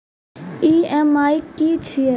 EMI की छिये?